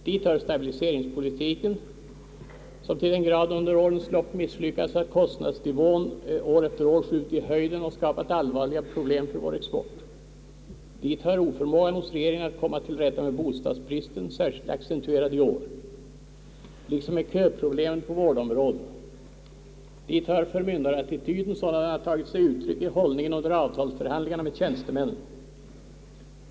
Dit hör stabiliseringspolitiken, som till den grad misslyckats under årens lopp att kostnadsnivån år efter år har skjutit i höjden och skapat allvarliga problem för vår export. Dit hör oförmågan hos regeringen att komma till rätta med bostadsbristen — särskilt accentuerad i år — liksom med köproblemen på vårdområdena. Dit hör förmyndarattityden sådan den har tagit sig uttryck i hållningen under avtalsförhandlingarna med tjänstemännen.